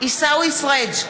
עיסאווי פריג'